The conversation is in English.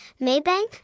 Maybank